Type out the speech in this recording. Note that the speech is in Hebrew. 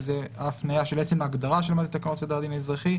שזו ההפניה של עצם ההגדרה של תקנות סדר הדין האזרחי,